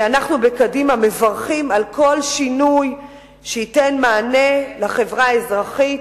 אנחנו בקדימה מברכים על כל שינוי שייתן מענה לחברה האזרחית,